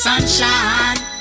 Sunshine